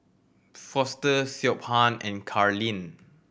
Foster Siobhan and Karlene